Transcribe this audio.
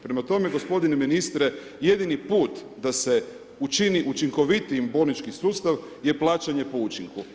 Prema tome, gospodine ministre jedini put da se učini učinkovitijim bolnički sustav je plaćanje po učinku.